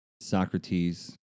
Socrates